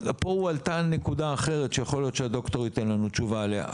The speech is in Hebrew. פה הועלתה נקודה אחרת שיכול להיות שהדוקטור ייתן לנו תשובה עליה.